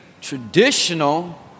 traditional